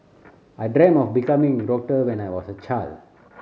I dreamt of becoming a doctor when I was a child